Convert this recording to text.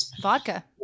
Vodka